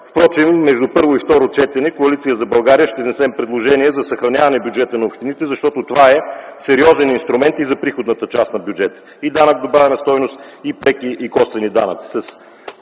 Впрочем, между първо и второ четене от Коалиция за България ще внесем предложение за съхраняване бюджета на общините, защото това е сериозен инструмент и за приходната част на бюджета - и данък добавена стойност, и преки и косвени данъци.